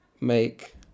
make